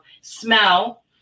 smell